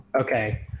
Okay